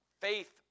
faith